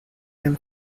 and